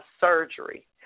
surgery